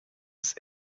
ist